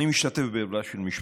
כן.